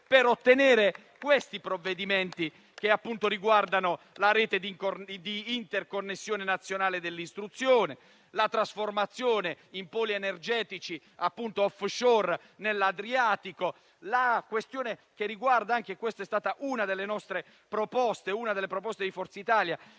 per ottenere provvedimenti che riguardano la rete di interconnessione nazionale dell'istruzione, la trasformazione di poli energetici *offshore* nell'Adriatico, la questione che riguarda una delle proposte di Forza Italia,